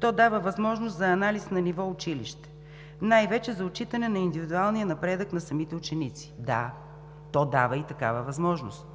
то дава възможност за анализ на ниво училище, най-вече за отчитане на индивидуалния напредък на самите ученици.“ Да, то дава и такава възможност,